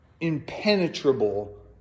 impenetrable